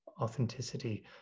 authenticity